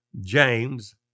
James